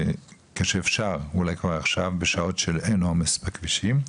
כשאפשר אולי כבר עכשיו בשעות שאין עומס בכבישים.